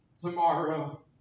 tomorrow